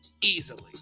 easily